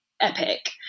epic